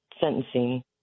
sentencing